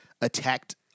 attacked